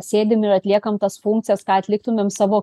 sėdim ir atliekam tas funkcijas ką atliktumėm savo